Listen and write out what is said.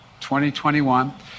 2021